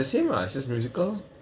it's the same lah just musical lor